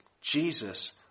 Jesus